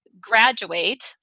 graduate